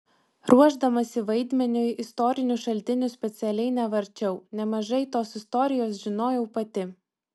ruošdamasi vaidmeniui istorinių šaltinių specialiai nevarčiau nemažai tos istorijos žinojau pati